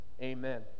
Amen